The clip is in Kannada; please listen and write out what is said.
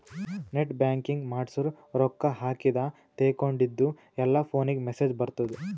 ನೆಟ್ ಬ್ಯಾಂಕಿಂಗ್ ಮಾಡ್ಸುರ್ ರೊಕ್ಕಾ ಹಾಕಿದ ತೇಕೊಂಡಿದ್ದು ಎಲ್ಲಾ ಫೋನಿಗ್ ಮೆಸೇಜ್ ಬರ್ತುದ್